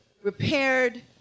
Repaired